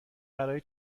برای